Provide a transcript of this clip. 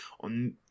on